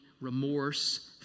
remorse